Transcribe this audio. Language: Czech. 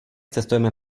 cestujeme